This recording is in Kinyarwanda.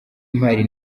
mpari